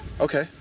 Okay